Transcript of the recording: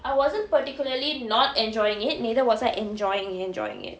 I wasn't particularly not enjoying it neither wasn't enjoying enjoying it